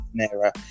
naira